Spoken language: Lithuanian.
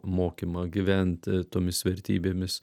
mokymą gyventi tomis vertybėmis